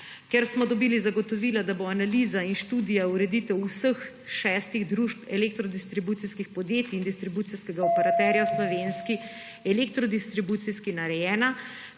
Ker smo dobili zagotovila, da bo analiza in študija ureditev vseh šestih družb elektrodistribucijskih podjetij in distribucijskega operaterja v slovenski elektrodistribuciji narejena